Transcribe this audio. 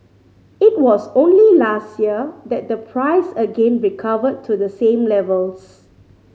it was only last year that the price again recovered to the same levels